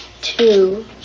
two